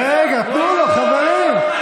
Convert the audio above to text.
רגע, תנו לו, חברים.